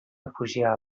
refugià